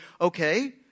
okay